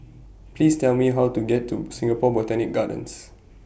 Please Tell Me How to get to Singapore Botanic Gardens